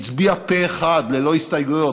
הצביעה פה אחד ללא הסתייגויות,